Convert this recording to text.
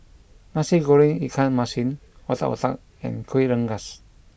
Nasi Goreng Ikan Masin Otak Otak and Kueh Rengas